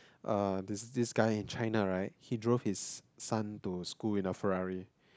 uh this this guy in China right he drove his son to school in a Ferrari